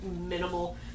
minimal